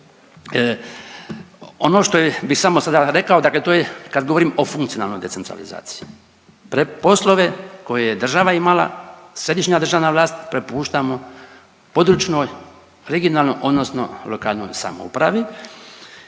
Ono što je bi samo sada rekao dakle to je kad govorim o funkcionalnoj decentralizaciji, poslove koje je država imala središnja državna vlast prepuštamo područnoj, regionalnoj odnosno lokalnoj samoupravi